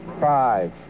five